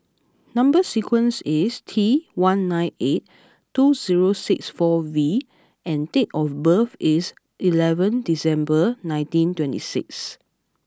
number sequence is T one nine eight two zero six four V and date of birth is eleventh December nineteen twenty six